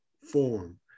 form